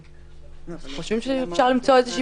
אנחנו חושבים שאפשר למצוא איזושהי